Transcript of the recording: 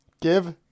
Give